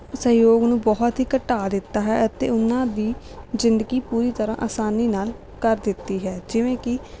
ਸਹਿਯੋਗ ਨੂੰ ਬਹੁਤ ਹੀ ਘਟਾ ਦਿੱਤਾ ਹੈ ਅਤੇ ਉਹਨਾਂ ਦੀ ਜ਼ਿੰਦਗੀ ਪੂਰੀ ਤਰ੍ਹਾਂ ਆਸਾਨੀ ਨਾਲ ਕਰ ਦਿੱਤੀ ਹੈ ਜਿਵੇਂ ਕਿ